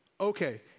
okay